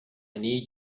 need